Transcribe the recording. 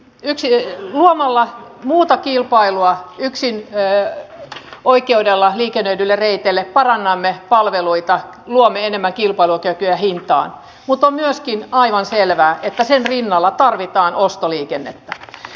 exile ja lomalla muuta kilpailua yksin töä oikealla liikennöidyille reiteille parannamme palveluita luo enemmän kilpailutekijöihin vaan mutta myöskin aivan selvää että sen rinnalla tarvitaan ostoliikennettä